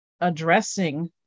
addressing